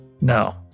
no